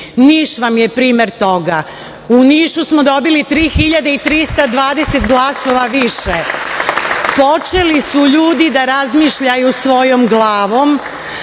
Niš vam je primer toga. U Nišu smo dobili 3.320 glasova više. Počeli su ljudi da razmišljaju svojom glavom.